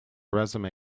resume